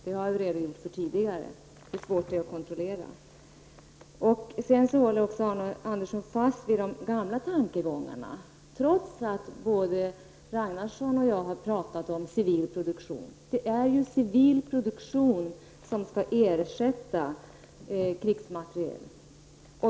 Jag har tidigare redogjort för hur svårt det är att kontrollera. Arne Andersson håller också fast vid de gamla tankegångarna trots att både Jan-Olof Ragnarsson och jag har pratat om civil produktion. Det är ju civil produktion som skall ersätta produktion av krigsmateriel.